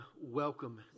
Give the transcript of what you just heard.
welcome